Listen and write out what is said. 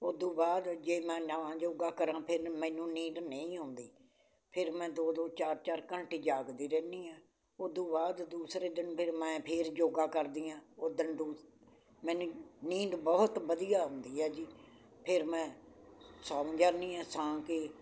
ਉੱਦੂ ਬਾਅਦ ਜੇ ਮੈਂ ਨਾ ਯੋਗਾ ਕਰਾਂ ਫੇਰ ਮੈਨੂੰ ਨੀਂਦ ਨਹੀਂ ਆਉਂਦੀ ਫੇਰ ਮੈਂ ਦੋ ਦੋ ਚਾਰ ਚਾਰ ਘੰਟੇ ਜਾਗਦੀ ਰਹਿੰਦੀ ਹਾਂ ਉੱਦੂ ਬਾਅਦ ਦੂਸਰੇ ਦਿਨ ਫੇਰ ਮੈਂ ਫੇਰ ਯੋਗਾ ਕਰਦੀ ਹਾਂ ਓਦਣ ਦੁ ਮੈਨੂੰ ਨੀਂਦ ਬਹੁਤ ਵਧੀਆ ਆਉਂਦੀ ਹੈ ਜੀ ਫੇਰ ਸੌ ਜਾਂਦੀ ਹਾਂ ਸੌ ਕੇ